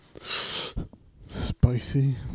spicy